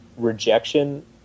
Rejection